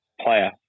player